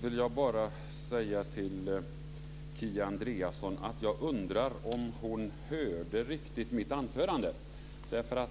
Fru talman! Jag vill bara säga till Kia Andreasson att jag undrar om hon riktigt hörde mitt anförande.